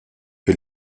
que